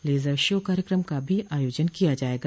laser show कार्यक्रम का भी आयोजन किया जायेगा